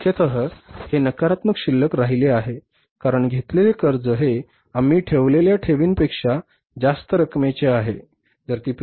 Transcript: आणि मुख्यतः हे नकारात्मक शिल्लक राहिले आहे कारण घेतलेले कर्ज हे आम्ही ठेवलेल्या ठेवींपेक्षा जास्त रकमेचे आहे